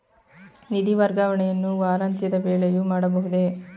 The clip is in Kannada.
ನಿಧಿ ವರ್ಗಾವಣೆಯನ್ನು ವಾರಾಂತ್ಯದ ವೇಳೆಯೂ ಮಾಡಬಹುದೇ?